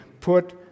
put